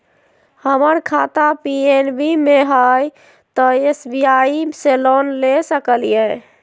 हमर खाता पी.एन.बी मे हय, तो एस.बी.आई से लोन ले सकलिए?